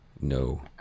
No